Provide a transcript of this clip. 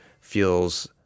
feels